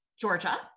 Georgia